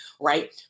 right